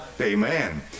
Amen